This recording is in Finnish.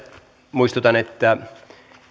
muistutan että